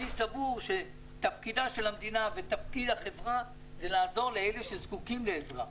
אני סבור שתפקידה של המדינה ותפקיד החברה זה לעזור לאלה שזקוקים לעזרה.